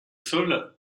saule